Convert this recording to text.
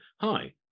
Hi